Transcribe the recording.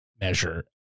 measure